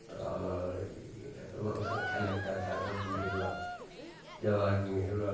तो और तो बहुत अच्छा लगता था सब मेहरुआ जब आकर मेहरुआ